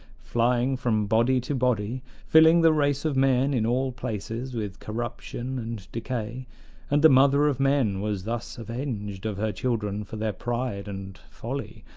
flying from body to body, filled the race of men in all places with corruption and decay and the mother of men was thus avenged of her children for their pride and folly,